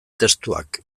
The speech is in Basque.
testuak